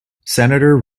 senator